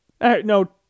No